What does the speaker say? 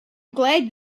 glad